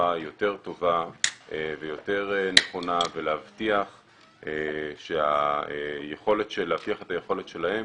יותר טובה ויותר נכונה ולהבטיח את היכולת שלהם